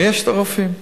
ויש הרופאים.